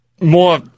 more